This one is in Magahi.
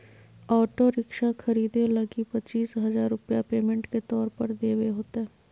ऑटो रिक्शा खरीदे लगी पचीस हजार रूपया पेमेंट के तौर पर देवे होतय